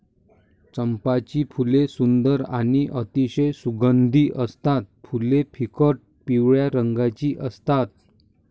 चंपाची फुले सुंदर आणि अतिशय सुगंधी असतात फुले फिकट पिवळ्या रंगाची असतात